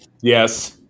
Yes